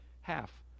half